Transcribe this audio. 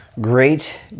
Great